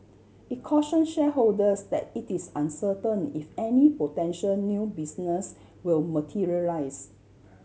it caution shareholders that it is uncertain if any potential new business will materialise